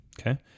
Okay